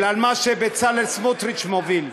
אלא על מה שבצלאל סמוטריץ מוביל.